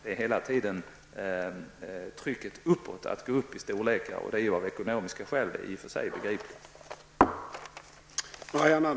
Det har hela tiden varit ett tryck uppåt, dvs. att öka antalet ekonomiska skäl, vilket i och för sig är begripligt.